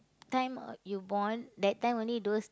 time you born that time only those